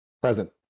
Present